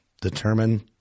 determine